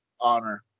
Honor